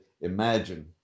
imagine